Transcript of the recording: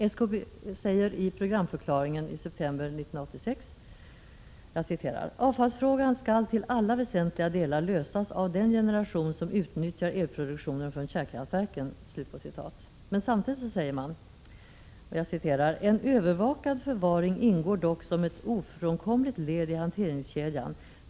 SKB säger i programförklaringen september 1986: ”Avfallsfrågan skall till alla väsentliga delar lösas av den generation som utnyttjar elproduktionen från kärnkraftverken.” Samtidigt säger man: ”En övervakad förvaring ingår dock som ett ofrånkomligt led i hanteringskedjan.